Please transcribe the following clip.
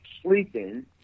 Sleeping